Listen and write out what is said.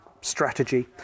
strategy